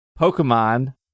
Pokemon